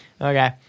Okay